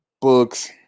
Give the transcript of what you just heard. books